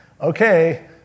okay